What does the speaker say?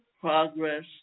progress